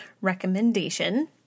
recommendation